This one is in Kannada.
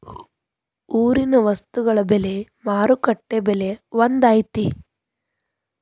ಊರಿನ ವಸ್ತುಗಳ ಬೆಲೆ ಮಾರುಕಟ್ಟೆ ಬೆಲೆ ಒಂದ್ ಐತಿ?